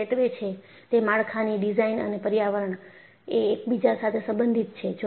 તે ચેતવે છે તે માળખાની ડિઝાઇન અને પર્યાવરણ એ એકબીજા સાથે સંબંધિત છે